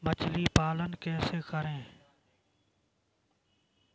मछली पालन कैसे करें?